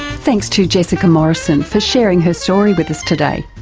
thanks to jessica morrison for sharing her story with us today,